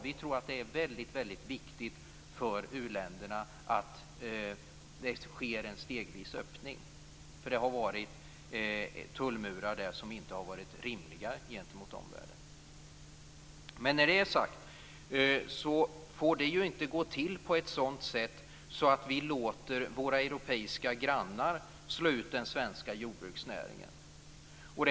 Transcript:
Vi tror att det är väldigt viktigt för u-länderna att det sker en stegvis öppning. Det har ju varit tullmurar gentemot omvärlden som inte har varit rimliga. Men det här får ju inte gå till på ett sådant sätt att vi låter våra europeiska grannar slå ut den svenska jordbruksnäringen.